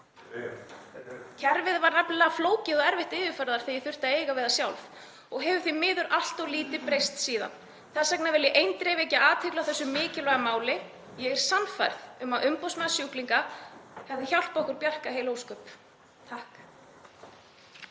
Kerfið var nefnilega flókið og erfitt yfirferðar þegar ég þurfti að eiga við það sjálf og hefur því miður allt of lítið breyst síðan. Þess vegna vil ég eindregið vekja athygli á þessu mikilvæga máli. Ég er sannfærð um að umboðsmaður sjúklinga hefði hjálpað okkur Bjarka heil ósköp.